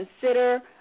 consider